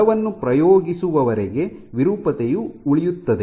ಬಲವನ್ನು ಪ್ರಯೋಗಿಸುವವರೆಗೆ ವಿರೂಪತೆಯು ಉಳಿಯುತ್ತದೆ